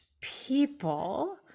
people